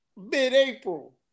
mid-April